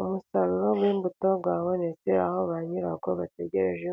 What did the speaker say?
Umusaruro w'imbuto wabonetse aho ba nyirawo bategereje